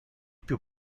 più